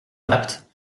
bapt